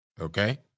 Okay